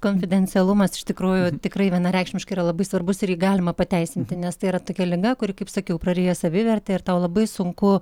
konfidencialumas iš tikrųjų tikrai vienareikšmiškai yra labai svarbus ir jį galima pateisinti nes tai yra tokia liga kuri kaip sakiau prarija savivertę ir tau labai sunku